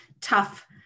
tough